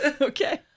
Okay